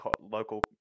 local